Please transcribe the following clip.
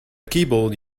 keyboard